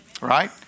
right